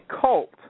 cult